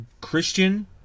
christian